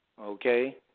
Okay